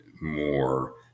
more